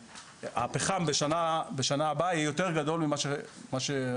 הפחם בשנה הבאה יהיה יותר גדול ממה שנוצר.